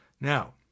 Now